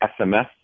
SMS